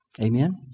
Amen